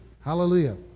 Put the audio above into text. Hallelujah